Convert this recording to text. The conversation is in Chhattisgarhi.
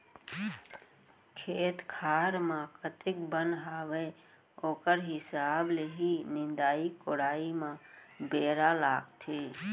खेत खार म कतेक बन हावय ओकर हिसाब ले ही निंदाई कोड़ाई म बेरा लागथे